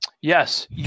Yes